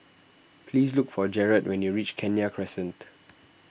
please look for Jerrad when you reach Kenya Crescent